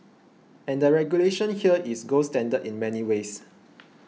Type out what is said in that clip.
and the regulation here is gold standard in many ways